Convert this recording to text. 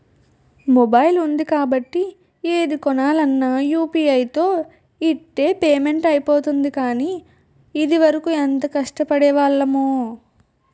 mobile ఉంది కాబట్టి ఏది కొనాలన్నా యూ.పి.ఐ తో ఇట్టే పేమెంట్ అయిపోతోంది కానీ, ఇదివరకు ఎంత కష్టపడేవాళ్లమో